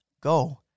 Go